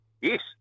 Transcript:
Yes